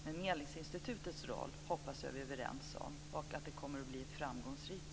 Men jag hoppas att vi är överens om medlingsinstitutets roll och att det kommer att bli framgångsrikt.